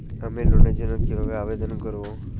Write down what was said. আমি লোনের জন্য কিভাবে আবেদন করব?